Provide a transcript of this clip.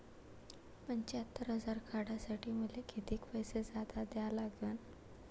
पंच्यात्तर हजार काढासाठी मले कितीक पैसे जादा द्या लागन?